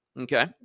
Okay